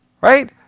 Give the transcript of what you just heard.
Right